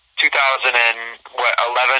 2011